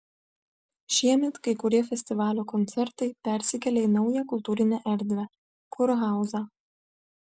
šiemet kai kurie festivalio koncertai persikėlė į naują kultūrinę erdvę kurhauzą